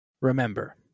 remember